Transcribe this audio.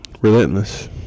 Relentless